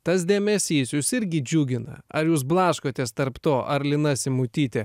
tas dėmesys jūs irgi džiugina ar jūs blaškotės tarp to ar lina simutytė